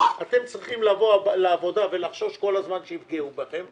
אתם צריכים לבוא לעבודה ולחשוש כל הזמן שיפגעו בכם,